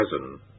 cousin